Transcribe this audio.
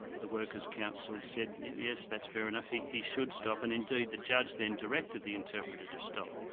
the worker's counsel said yes, that's fair enough, he he should stop and indeed the judge then directed the interpreter to stop.